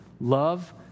love